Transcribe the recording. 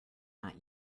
not